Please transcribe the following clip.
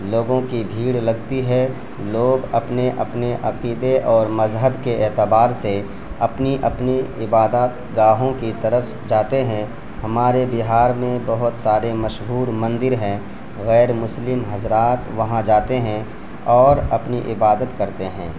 لوگوں کی بھیڑ لگتی ہے لوگ اپنے اپنے عقیدے اور مذہب کے اعتبار سے اپنی اپنی عبادات گاہوں کی طرف جاتے ہیں ہمارے بہار میں بہت سارے مشہور مندر ہیں غیر مسلم حضرات وہاں جاتے ہیں اور اپنی عبادت کرتے ہیں